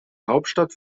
hauptstadt